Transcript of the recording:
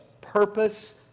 purpose